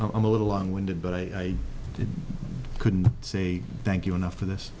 so i'm a little long winded but i couldn't say thank you enough for this